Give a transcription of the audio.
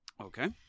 Okay